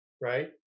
right